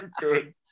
good